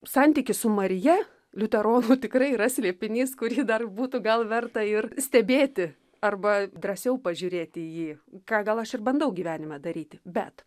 santykis su marija liuteronų tikrai yra slėpinys kurį dar būtų gal verta ir stebėti arba drąsiau pažiūrėti į jį ką gal aš ir bandau gyvenime daryti bet